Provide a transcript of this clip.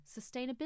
sustainability